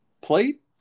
plate